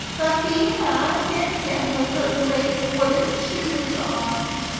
peppina kicked him with her great wooden shoes on.